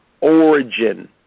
origin